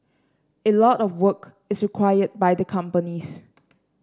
a lot of work is required by the companies